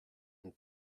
and